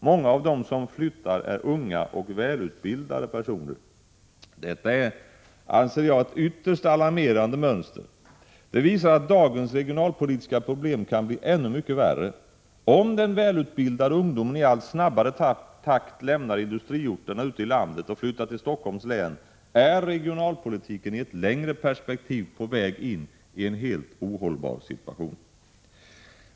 Många av dem som flyttar är unga och välutbildade personer. Detta är ett ytterst alarmerande mönster, anser jag. Det visar att dagens regionalpolitiska problem kan bli ännu mycket värre. Om den välutbildade ungdomen i allt snabbare takt lämnar industriorterna ute i landet och flyttar till Stockholms län, är regionalpolitiken i ett längre perspektiv på väg in i en helt ohållbar situation.